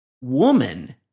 woman